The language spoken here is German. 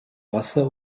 wasser